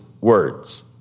words